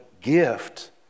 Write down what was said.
gift